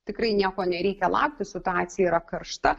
tikrai nieko nereikia laukti situacija yra karšta